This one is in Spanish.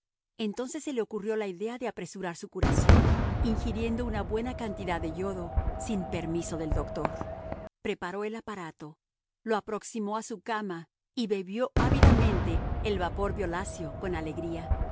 entonces se le ocurrió la idea de apresurar su curación ingiriendo una buena cantidad de yodo sin permiso del doctor preparó el aparato lo aproximó a su cama y bebió ávidamente el vapor violáceo con alegría